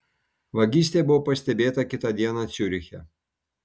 vagystė buvo pastebėta kitą dieną ciuriche